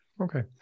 Okay